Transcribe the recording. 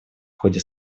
ходе